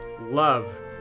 love